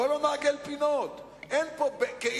בואו לא נעגל פינות, אין פה כאילו.